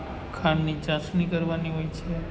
ખાંડની ચાસણી કરવાની હોય છે